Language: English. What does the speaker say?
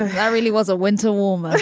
i really was a winter warm, ah